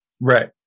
Right